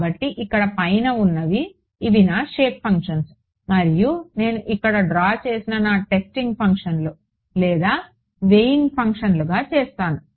కాబట్టి ఇక్కడ పైన ఉన్నవి ఇవి నా షేప్ ఫంక్షన్లు మరియు నేను ఇక్కడ డ్రా చేసిన నా టెస్టింగ్ ఫంక్షన్లు లేదా వెయిట్ ఫంక్షన్లుగా చేస్తాను